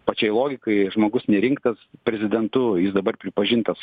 pačiai logikai žmogus ne rinktas prezidentu jis dabar pripažintas